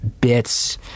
bits